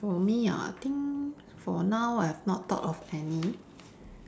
for me ah I think for now I have not thought of any